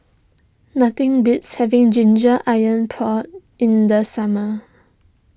nothing beats having Ginger Iron Pork in the summer